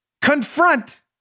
Confront